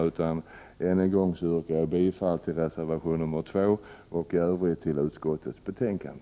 Än en gång yrkar jag bifall till reservation 2 och i övrigt till utskottets betänkande.